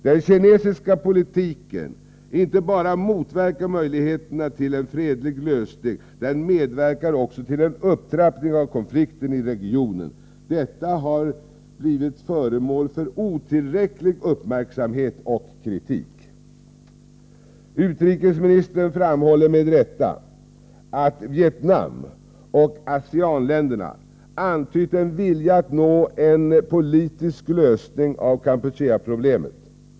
Den kinesiska politiken inte bara motverkar möjligheterna till en fredlig lösning — den medverkar också till en upptrappning av konflikten i regionen. Detta har inte blivit föremål för tillräcklig uppmärksamhet och kritik. Utrikesministern framhåller med rätta att Vietnam och ASEAN-länderna antytt en vilja att nå en politisk lösning av Kampucheaproblemet.